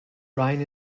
brian